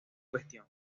cuestión